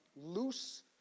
loose